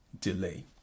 delay